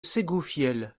ségoufielle